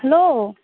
hello